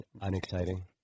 unexciting